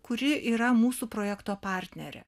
kuri yra mūsų projekto partnerė